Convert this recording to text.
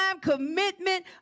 commitment